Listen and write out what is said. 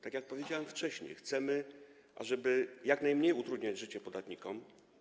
Tak jak powiedziałem wcześniej, chcemy jak najmniej utrudniać życie podatnikom.